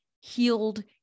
healed